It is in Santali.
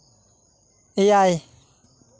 ᱮᱭᱟᱭ